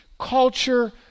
culture